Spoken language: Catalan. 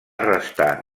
restar